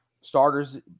starters